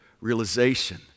realization